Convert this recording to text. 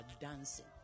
dancing